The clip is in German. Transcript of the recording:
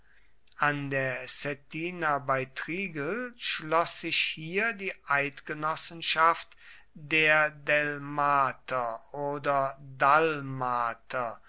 an der cettina bei trigl schloß sich hier die eidgenossenschaft der delmater oder